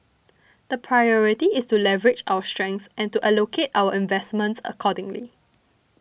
the priority is to leverage our strengths and to allocate our investments accordingly